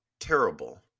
terrible